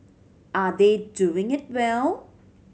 are they doing it well